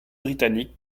britannique